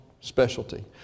Specialty